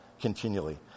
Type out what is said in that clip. continually